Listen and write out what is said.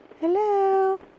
Hello